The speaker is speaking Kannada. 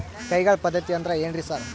ಕೈಗಾಳ್ ಪದ್ಧತಿ ಅಂದ್ರ್ ಏನ್ರಿ ಸರ್?